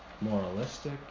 Moralistic